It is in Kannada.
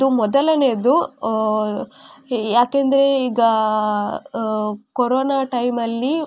ಅದು ಮೊದಲನೆಯದ್ದು ಯಾಕೆಂದರೆ ಈಗ ಕೊರೋನ ಟೈಮಲ್ಲಿ